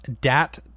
dat